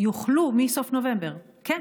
יוכלו מסוף נובמבר, כן.